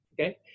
okay